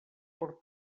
fort